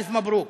אלף מברוכ.